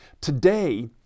Today